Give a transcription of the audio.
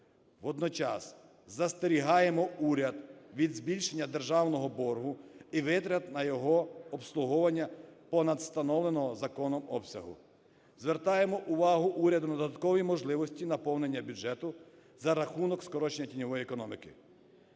Водночас застерігаємо уряд від збільшення державного боргу і витрат на його обслуговування понад встановленого законом обсягу. Звертаємо увагу уряду на додаткові можливості наповнення бюджету за рахунок скорочення тіньової економіки.